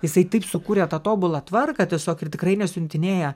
jisai taip sukūrė tą tobulą tvarką tiesiog ir tikrai nesiuntinėja